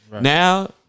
Now